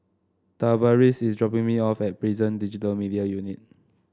Tavaris is dropping me off at Prison Digital Media Unit